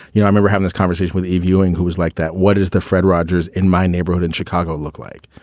you know, i mean, we're having this conversation with a viewing. who is like that? what is the fred rogers in my neighborhood in chicago look like?